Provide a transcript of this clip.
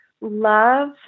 love